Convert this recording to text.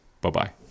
Bye-bye